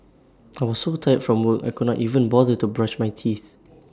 I was so tired from work I could not even bother to brush my teeth